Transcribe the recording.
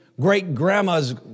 great-grandma's